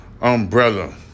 umbrella